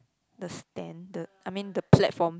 the stand the I mean the platform